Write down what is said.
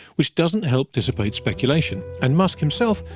which doesn't help dissipate speculation. and musk himself,